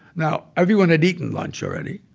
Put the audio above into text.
now, everyone had eaten lunch already,